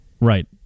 Right